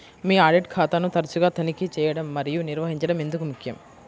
మీ audit ఖాతాను తరచుగా తనిఖీ చేయడం మరియు నిర్వహించడం ఎందుకు ముఖ్యం?